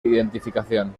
identificación